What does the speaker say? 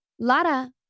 Lara